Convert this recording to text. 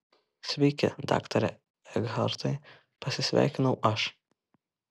sveiki daktare ekhartai pasisveikinau aš